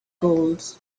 gold